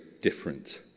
different